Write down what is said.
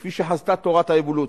כפי שחזתה תורת האבולוציה.